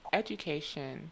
education